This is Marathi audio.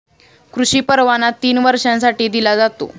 कृषी परवाना तीन वर्षांसाठी दिला जातो